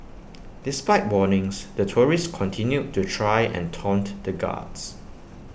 despite warnings the tourists continued to try and taunt the guards